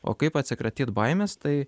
o kaip atsikratyt baimės tai